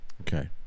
Okay